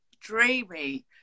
dreamy